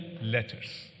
letters